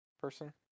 person